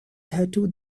tattoo